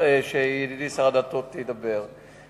שידידי שר הדתות ידבר על זה.